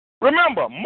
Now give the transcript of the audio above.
Remember